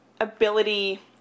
ability